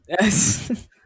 Yes